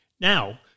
Now